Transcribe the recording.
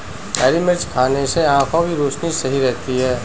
हरी मिर्च खाने से आँखों की रोशनी सही रहती है